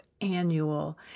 annual